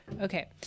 Okay